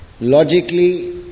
Logically